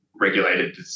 regulated